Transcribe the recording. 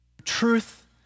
truth